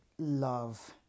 love